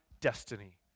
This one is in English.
destiny